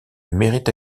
mérite